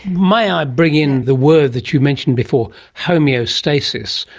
may i bring in the word that you mentioned before, homoeostasis,